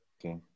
Okay